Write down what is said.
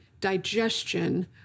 digestion